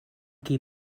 qui